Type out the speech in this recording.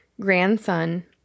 grandson